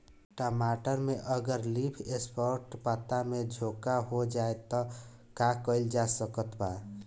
टमाटर में अगर लीफ स्पॉट पता में झोंका हो जाएँ त का कइल जा सकत बा?